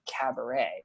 cabaret